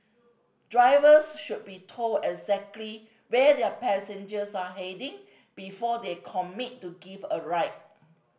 drivers should be told exactly where their passengers are heading before they commit to giving a ride